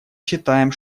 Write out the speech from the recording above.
считаем